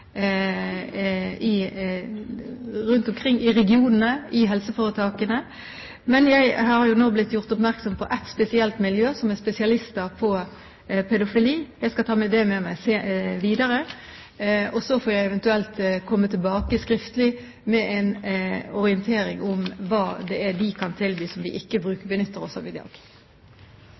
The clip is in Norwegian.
regionene, i helseforetakene, men jeg har jo nå blitt gjort oppmerksom på ett spesielt miljø, som er spesialister på pedofili, og jeg skal ta det med meg videre. Så får jeg eventuelt komme tilbake skriftlig med en orientering om hva det er de kan tilby, som vi ikke benytter oss av i dag.